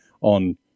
on